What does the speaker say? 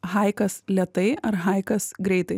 haikas lėtai ar haikas greitai